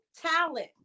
talent